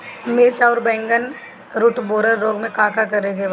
मिर्च आउर बैगन रुटबोरर रोग में का करे के बा?